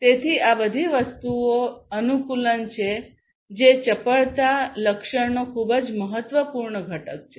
તેથી આ બધી વસ્તુઓ અનુકૂલન છે જે ચપળતા લક્ષણનો ખૂબ જ મહત્વપૂર્ણ ઘટક છે